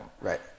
Right